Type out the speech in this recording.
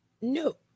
No